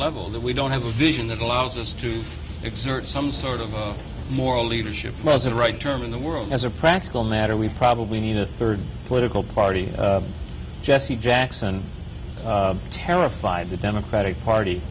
level that we don't have a vision that allows us to exert some sort of moral leadership was the right term in the world as a practical matter we probably need a third political party jesse jackson terrified the democratic party